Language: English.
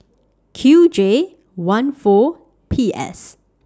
Q J one four P S